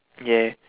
ya